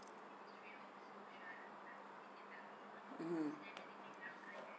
mmhmm